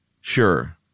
Sure